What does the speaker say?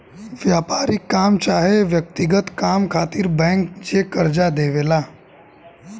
व्यापारिक काम चाहे व्यक्तिगत काम खातिर बैंक जे कर्जा देवे ला